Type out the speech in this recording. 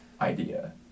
Idea